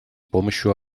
помощью